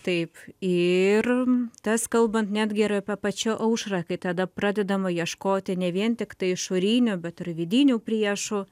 taip ir tas kalbant netgi apie pačią aušrą kai tada pradedama ieškoti ne vien tiktai išorinių bet ir vidinių priešų